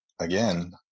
again